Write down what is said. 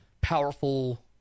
powerful